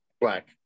black